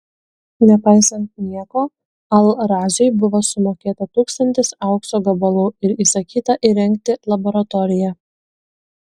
nepaisant nieko al raziui buvo sumokėta tūkstantis aukso gabalų ir įsakyta įrengti laboratoriją